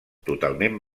totalment